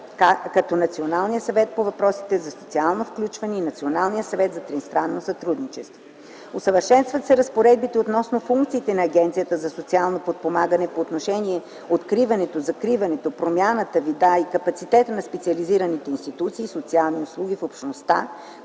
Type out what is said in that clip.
като Националния съвет по въпросите на социалното включване и Националния съвет за тристранно сътрудничество. Усъвършенстват се разпоредбите относно функциите на Агенцията за социално подпомагане по отношение откриването, закриването, промяната на вида и капацитета на специализирани институции и социални услуги в общността,